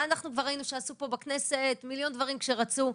כבר ראינו שעשו פה בכנסת מיליון דברים כשרצו.